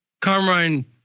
Carmine